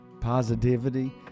positivity